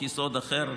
בחוק-יסוד אחר,